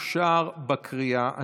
אושר בקריאה השנייה.